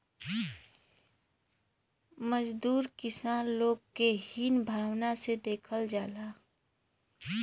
मजदूर किसान लोग के हीन भावना से देखल जाला